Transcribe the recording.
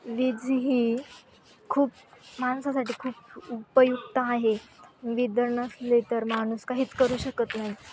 वीज ही खूप माणसासाठी खूप उपयुक्त आहे वीज जर नसली तर माणूस काहीच करू शकत नाही